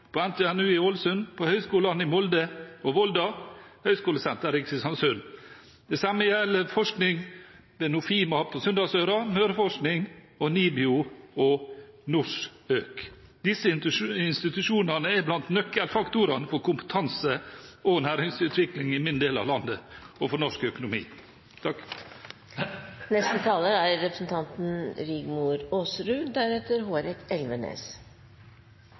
på NTNU i Ålesund, på høgskolene i Molde og Volda og Høgskolesenteret i Kristiansund. Det samme gjelder forskning ved Nofima på Sunndalsøra, Møreforsking, NIBIO og NORSØK. Disse institusjonene er blant nøkkelfaktorene for kompetanse- og næringsutvikling i min del av landet og for norsk økonomi. Det er